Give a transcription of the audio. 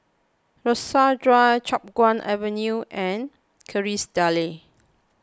Rasok Drive Chiap Guan Avenue and Kerrisdale